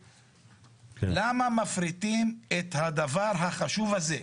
למה מפריטים את הדבר החשוב הזה?